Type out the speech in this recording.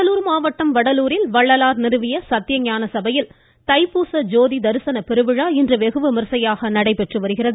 கடலூர் மாவட்டம் வடலூரில் வள்ளலார் நிறுவிய சத்யஞான சபையில் தைப்பூச ஜோதி தரிசன பெருவிழா இன்று வெகுவிமரிசையாக நடைபெற்று வருகிறது